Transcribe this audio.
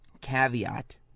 caveat